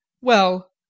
Well